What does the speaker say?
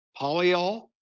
polyol